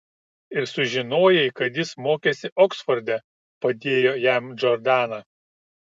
ir sužinojai kad jis mokėsi oksforde padėjo jam džordana